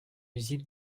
usine